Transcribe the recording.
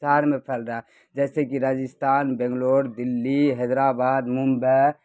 شہر میں پھیل رہا ہے جیسے کہ راجستھان بنگلور دلی حیدرآباد ممبئی